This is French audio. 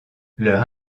leur